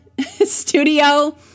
studio